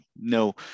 no